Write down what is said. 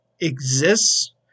exists